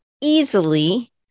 easily